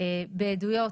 בעדויות